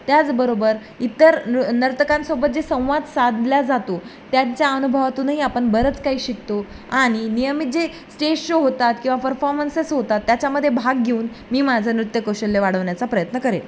त्याचबरोबर इतर नृ नर्तकांसोबत जे संवाद साधला जातो त्यांच्या अनुभवातूनही आपण बरंच काही शिकतो आणि नियमित जे स्टेज शो होतात किंवा परफॉर्मन्सेस होतात त्याच्यामध्ये भाग घेऊन मी माझं नृत्यकौशल्य वाढवण्याचा प्रयत्न करेल